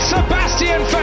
Sebastian